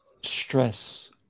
stress